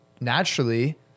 naturally